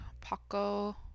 Paco